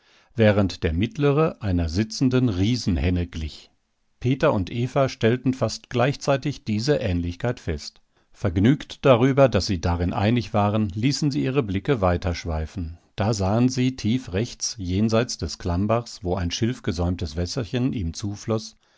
während der mittlere einer sitzenden riesenhenne glich peter und eva stellten fast gleichzeitig diese ähnlichkeit fest vergnügt darüber daß sie darin einig waren ließen sie ihre blicke weiter schweifen da sahen sie tief rechts jenseits des klammbachs wo ein schilfgesäumtes wässerchen ihm